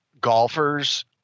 golfers